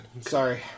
Sorry